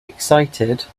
excited